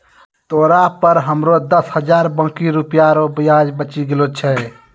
तोरा पर हमरो दस हजार बाकी रुपिया रो ब्याज बचि गेलो छय